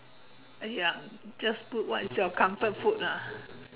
!aiya! just put what is your comfort food lah